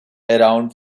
around